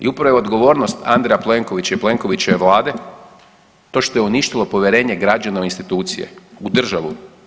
I upravo je odgovornost Andreja Plenkovića i Plenkovićeve vlade to što je uništilo povjerenje građana u institucije, u državu.